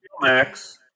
Max